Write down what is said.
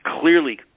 clearly